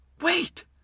Wait